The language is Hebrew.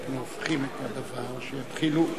בשעה 18:57.) אנחנו ממשיכים בסדר-היום.